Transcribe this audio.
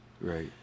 Right